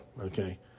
okay